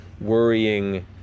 worrying